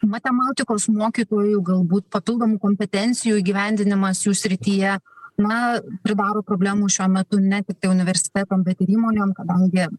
matematikos mokytojų galbūt papildomų kompetencijų įgyvendinimas jų srityje na pridaro problemų šiuo metu ne tiktai universitetam bet ir įmonėm kadangi